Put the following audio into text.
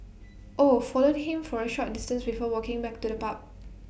oh followed him for A short distance before walking back to the pub